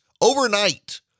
overnight